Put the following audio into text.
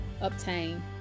obtain